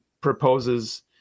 proposes